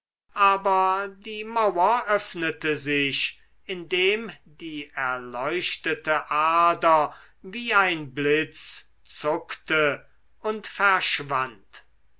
aber die mauer öffnete sich indem die erleuchtete ader wie ein blitz zuckte und verschwand